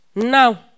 now